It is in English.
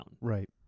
Right